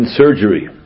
surgery